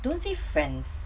don't say friends